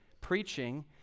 preaching